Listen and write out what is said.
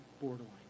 borderline